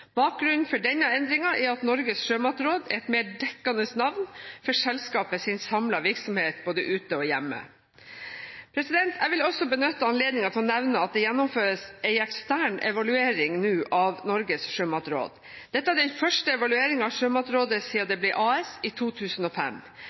Bakgrunnen for denne endringen er at Norges sjømatråd er et mer dekkende navn for selskapets samlede virksomhet, både ute og hjemme. Jeg vil også benytte anledningen til å nevne at det nå gjennomføres en ekstern evaluering av Norges sjømatråd. Dette er den første evalueringen av Sjømatrådet